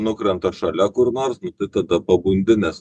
nukrenta šalia kur nors nu tai tada pabundi nes